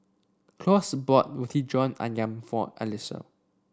Claus bought Roti John ayam for Allyssa